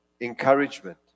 encouragement